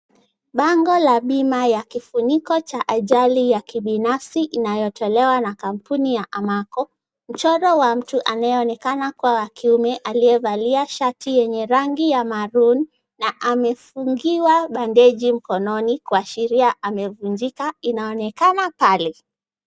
Bango ya bima ya kifuniko cha ajali ya kibinafsi inayotolewa na kampuni ya Amaco. Mchoro wa mtu anayeonekana kuwa wa kiume aliyevalia shati yenye rangi ya maroon na amevalia bandeji mkononi kuashiria amevunjika. Inaonekana kali.